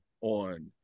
on